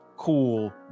Cool